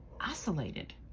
isolated